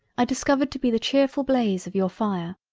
i discovered to be the chearfull blaze of your fire.